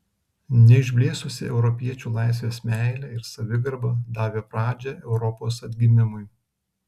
neišblėsusi europiečių laisvės meilė ir savigarba davė pradžią europos atgimimui